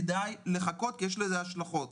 כדאי לחכות כי יש לזה השלכות.